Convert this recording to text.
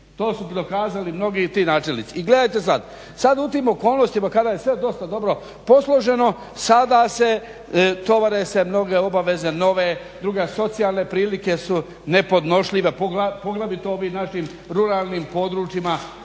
To su dokazali mnogi i ti načelnici. I gledajte sad, sad u tim okolnostima kada je sve dosta dobro posloženo, sada se, tovare se mnoge obaveze nove, druge socijalne prilike su nepodnošljive, a poglavito u ovim našim ruralnim područjima